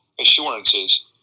assurances